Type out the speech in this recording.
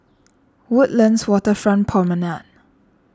Woodlands Waterfront Promenade